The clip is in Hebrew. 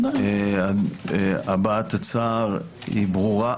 הבעת הצער ברורה.